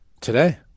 Today